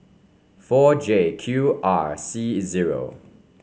four J Q R C zero